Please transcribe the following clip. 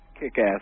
kick-ass